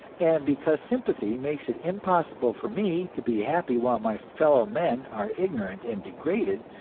and because sympathy makes it impossible for me to be happy while my fellow men are ignorant and degraded,